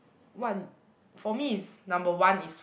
one for me is number one is